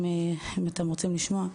אם אתם רוצים לשמוע.